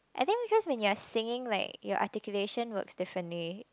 I think cause when your singing like your articulation works differently